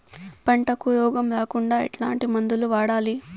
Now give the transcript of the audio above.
పంటకు రోగం రాకుండా ఎట్లాంటి మందులు వాడాలి?